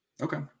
Okay